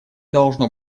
должно